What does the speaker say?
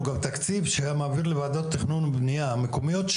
גם תקציב שהיה מעביר לוועדת תכנון ובנייה המקומיות,